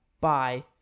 Bye